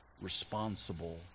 responsible